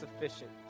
sufficient